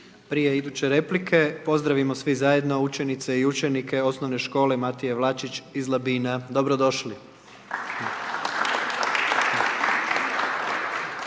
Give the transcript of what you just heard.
Prije iduće replike, pozdravimo svi zajedno učenice i učenike OS Matija Vlačić iz Labina, dobrodošli./Pljesak./